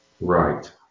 right